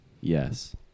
yes